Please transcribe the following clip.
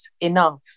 enough